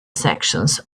sections